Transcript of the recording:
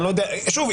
שוב,